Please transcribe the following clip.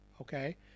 okay